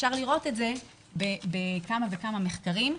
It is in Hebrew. אפשר לראות את זה בכמה וכמה מחקרים.